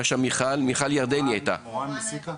מורן מסיקה.